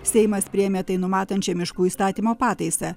seimas priėmė tai numatančią miškų įstatymo pataisą